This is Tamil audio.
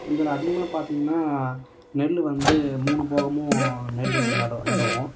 இதில் அதிகமாக பார்த்தீங்கனா நெல் வந்து மூணு போகமும் நெல் நடு நடுவோம்